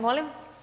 Molim?